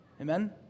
Amen